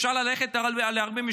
אפשר ללכת ל-1948,